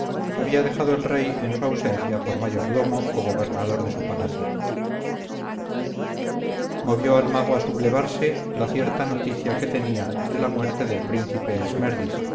había dejado el rey en su ausencia por mayordomo o gobernador de su palacio movió al mago a sublevarse la cierta noticia que tenía de la muerte del príncipe esmerdis la que se